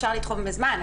אפשר לתחום בזמן,